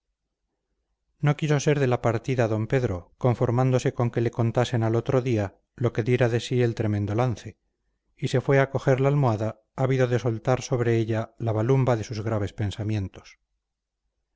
no quiso ser de la partida d pedro conformándose con que le contasen al otro día lo que diera de sí el tremendo lance y se fue a coger la almohada ávido de soltar sobre ella la balumba de sus graves pensamientos